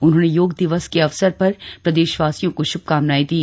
उन्होंने योग दिवस के अवसर पर प्रदेशवासियों को शुभकामनाएँ दी